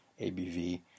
ABV